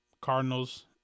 Cardinals